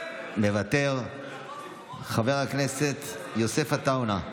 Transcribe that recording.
מוותר, חבר הכנסת יוסף עטאונה,